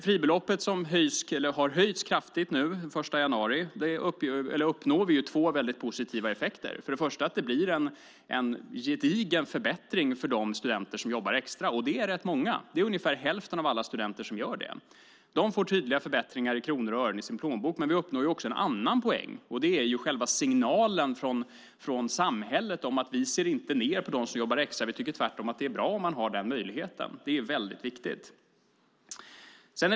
Fribeloppet har höjts kraftigt från och med den 1 januari. Då uppnår vi två positiva effekter. Det blir en gedigen förbättring för de studenter som jobbar extra, vilket är rätt många. Det är ungefär hälften av alla studenter som gör det. De får tydliga förbättringar i kronor och ören i sin plånbok. Men vi uppnår också en annan poäng, och det är själva signalen från samhället att man inte ser ned på dem som jobbar extra utan att man tvärtom tycker att det är bra om man har denna möjlighet. Det är väldigt viktigt.